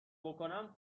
بکنم